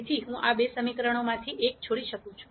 તેથી હું આ બે સમીકરણોમાંથી એક છોડી શકું છું